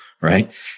Right